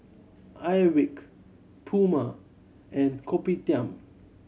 Airwick Puma and Kopitiam